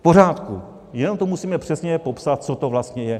V pořádku, jenom to musíme přesně popsat, co to vlastně je.